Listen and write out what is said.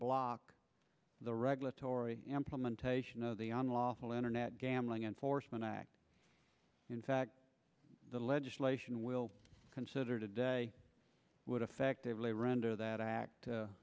block the regulatory implementation of the unlawful internet gambling enforcement act in fact the legislation we'll consider today would effectively render that act